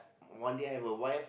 one day I've a wife